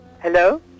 Hello